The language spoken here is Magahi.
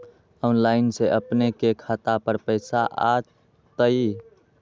ऑनलाइन से अपने के खाता पर पैसा आ तई?